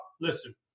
listen